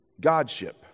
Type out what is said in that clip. godship